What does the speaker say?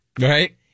Right